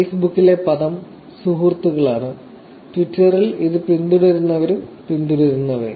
ഫേസ്ബുക്കിലെ പദം സുഹൃത്തുക്കളാണ് ട്വിറ്ററിൽ ഇത് പിന്തുടരുന്നവരും പിന്തുടരുന്നവയും